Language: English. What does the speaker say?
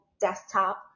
desktop